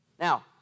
Now